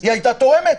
היא הייתה תורמת.